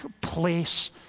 place